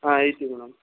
ಹಾಂ ಐತಿ ಮೇಡಮ್